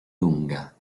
lunga